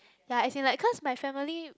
ya as in like cause my family